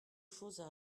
choses